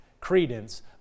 credence